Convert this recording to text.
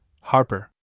Harper